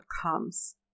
comes